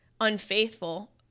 unfaithful